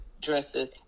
dresses